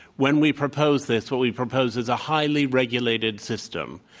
when we proposed this, what we proposed is a highly regulated system.